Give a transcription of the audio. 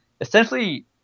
essentially